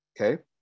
Okay